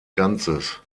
ganzes